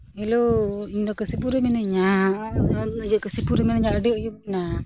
hello ᱤᱧ ᱫᱚ ᱠᱟᱥᱤᱯᱩᱨ ᱨᱮ ᱢᱤᱱᱟᱹᱧᱟ ᱦᱚᱸᱜᱼᱚᱭ ᱠᱟᱥᱤᱯᱩᱨ ᱨᱮᱜᱮ ᱟᱹᱰᱤ ᱟᱹᱭᱩᱯ ᱮᱱᱟ